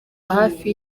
hafi